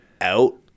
out